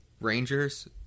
Rangers